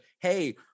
hey